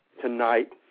tonight